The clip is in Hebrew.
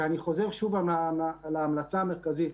ואני חוזר שוב על ההמלצה המרכזית: